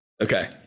Okay